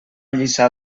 lliçà